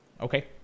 Okay